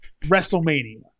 WrestleMania